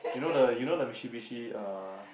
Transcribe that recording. you know the you know the Mitsubishi uh